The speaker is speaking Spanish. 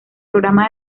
programa